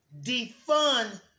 defund